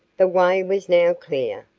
the way was now clear,